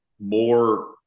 more